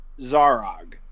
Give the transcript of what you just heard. Zarog